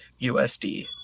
USD